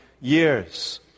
years